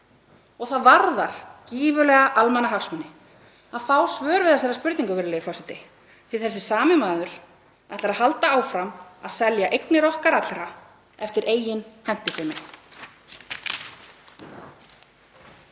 Það varðar gífurlega almannahagsmuni að fá svör við þessari spurningu, virðulegi forseti, því þessi sami maður ætlar að halda áfram að selja eignir okkar allra eftir eigin hentisemi.